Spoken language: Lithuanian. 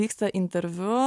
vyksta interviu